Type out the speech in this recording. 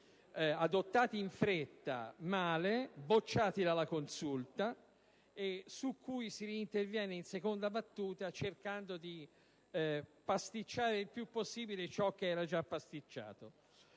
adottati in fretta, male, bocciati dalla Consulta su cui si interviene in seconda battuta cercando di pasticciare il più possibile ciò che era già pasticciato.